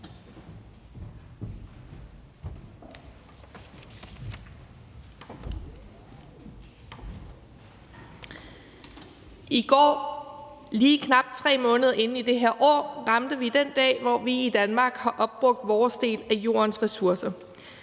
I går – lige knap 3 måneder inde i det her år – ramte vi den dag, hvor vi i Danmark har opbrugt vores del af Jordens ressourcer.